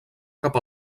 cap